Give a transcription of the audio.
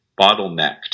bottlenecked